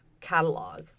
catalog